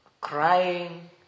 crying